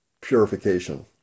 purification